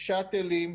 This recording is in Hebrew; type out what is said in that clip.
שאטלים,